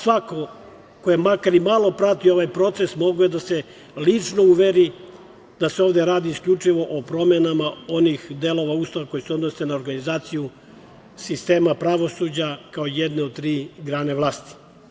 Svako ko je makar i malo pratio ovaj proces mogao je da se lično uveri da se ovde radi isključivo o promenama onih delova Ustava koji se odnose na organizaciju sistema pravosuđa, kao jedne od tri grane vlasti.